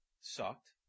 sucked